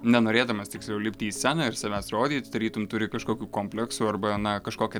nenorėdamas tiksliau lipti į sceną ir savęs rodyt tarytum turi kažkokių kompleksų arba na kažkokią